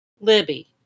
Libby